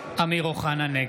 (קורא בשמות חברי הכנסת) אמיר אוחנה, נגד